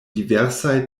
diversaj